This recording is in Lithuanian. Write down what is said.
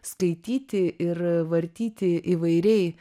skaityti ir vartyti įvairiai